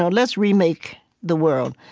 so let's remake the world.